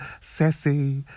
sassy